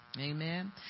Amen